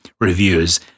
reviews